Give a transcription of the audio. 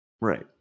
Right